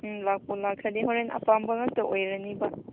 ꯂꯥꯛꯄꯨ ꯂꯥꯛꯈ꯭ꯔꯗꯤ ꯍꯣꯔꯦꯟ ꯑꯄꯥꯝꯕ ꯉꯥꯛꯇ ꯑꯣꯏꯔꯅꯤꯕ